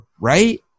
Right